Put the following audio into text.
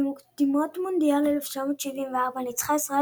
במוקדמות מונדיאל 1974 ניצחה ישראל